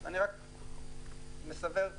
אני רק מאיר את העיניים.